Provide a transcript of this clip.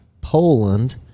Poland